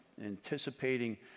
anticipating